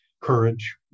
courage